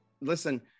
Listen